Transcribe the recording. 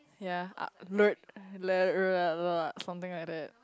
yea uh learnt uh lear~ l~ l~ something like that